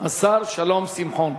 השר שלום שמחון.